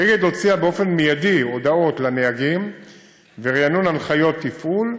אגד הוציאה באופן מיידי הודעות לנהגים וריענון הנחיות תפעול,